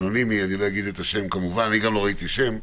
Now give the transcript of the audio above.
אנונימי, אני לא אומר את השם ואני גם לא ראיתי שם,